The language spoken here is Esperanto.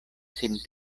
sin